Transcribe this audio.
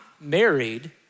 married